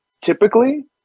Typically